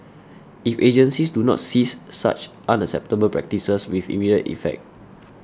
if agencies do not cease such unacceptable practices with immediate effect